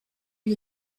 you